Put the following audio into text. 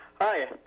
Hi